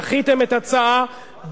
דחיתם את ההצעה,